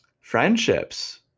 Friendships